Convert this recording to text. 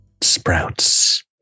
Sprouts